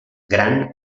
gran